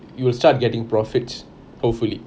you will start getting profits hopefully